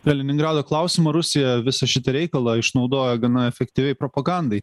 kaliningrado klausimą rusija visą šitą reikalą išnaudoja gana efektyviai propagandai